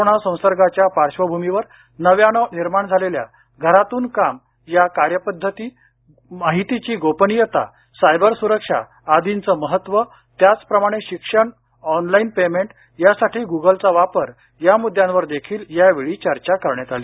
corona संसर्गाच्या पार्श्वभूमीवर नव्यानं निर्माण झालेल्या घरातून काम या कार्यपद्धती माहितीची गोपनीयता सायबर सुरक्षा आर्दीचं महत्त्व त्याचप्रमाणे शिक्षण ऑनलाइन पेमेंट यासाठी गुगलचा वापर या मुद्द्यांवर देखील यावेळी चर्चा करण्यात आली